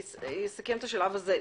אסכם את השלב הזה.